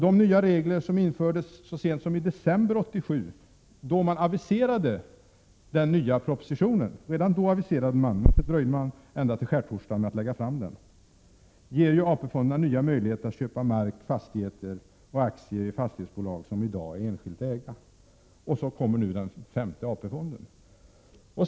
De nya regler som infördes genom den proposition som aviserades redan i december 1987 men sedan inte avlämnades förrän på skärtorsdagen ger AP-fonderna nya möjligheter att köpa mark, fastigheter och aktier i fastighetsbolag som i dag är enskilt ägda. Och så kommer nu den femte AP-fonden.